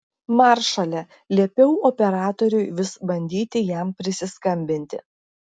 maršale liepiau operatoriui vis bandyti jam prisiskambinti